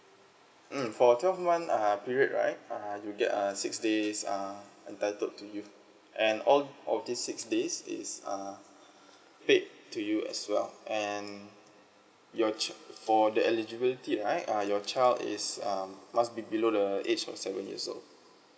mm for twelve month period right err you get a six days err entitled to you and all all of these six days is uh paid to you as well and your child for the eligibility right uh your child is um must be below the age of seven years old